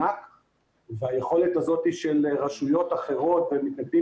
והיכולת הזאת של רשויות אחרות ומתנגדים